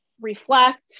reflect